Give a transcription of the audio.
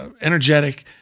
energetic